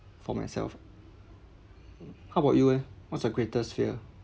for myself how about you leh what's your greatest fear